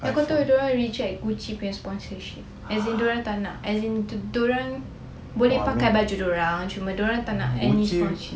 kau tahu diorang reject Gucci punya sponsorship as in diorang tak nak as in diorang boleh pakai baju diorang cuma tapi diorang tak nak any sponsorship